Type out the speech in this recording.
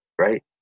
right